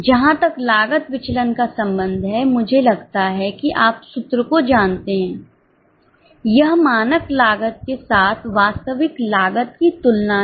जहां तक लागत विचलन का संबंध है मुझे लगता है कि आप सूत्र को जानते हैं यह मानक लागत के साथ वास्तविक लागत की तुलना है